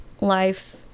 life